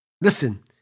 Listen